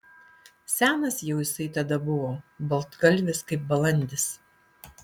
senas jau jisai tada buvo baltgalvis kaip balandis